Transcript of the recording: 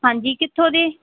ਹਾਂਜੀ ਕਿੱਥੋਂ ਦੇ